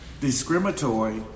discriminatory